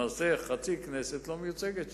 למעשה חצי כנסת לא מיוצגת שם.